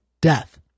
death